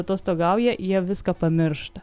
atostogauja jie viską pamiršta